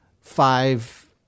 five